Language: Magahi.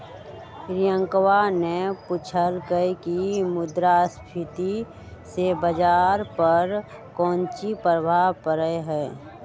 रियंकवा ने पूछल कई की मुद्रास्फीति से बाजार पर काउची प्रभाव पड़ा हई?